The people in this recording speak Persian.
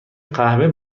قهوه